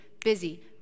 busy